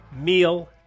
meal